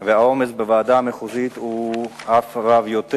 והעומס בוועדה המחוזית הוא אף רב יותר.